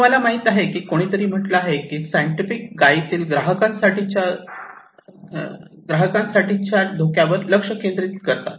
तुम्हाला माहिती आहे कोणीतरी म्हटलं आहे की सायंटिस्ट गायीतील ग्राहकां साठीच्या धोक्यावर लक्ष केंद्रित करतात